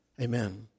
Amen